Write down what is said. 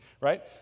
right